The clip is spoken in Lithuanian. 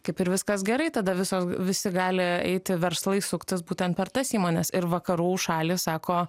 kaip ir viskas gerai tada visos visi gali eiti verslai suktis būtent per tas įmones ir vakarų šalys sako